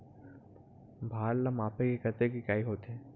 भार ला मापे के कतेक इकाई होथे?